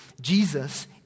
Jesus